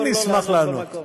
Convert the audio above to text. אני אשמח לענות.